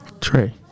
Trey